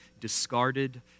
discarded